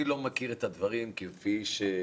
אני לא מכיר את הדברים כפי שיוראי